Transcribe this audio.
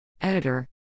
Editor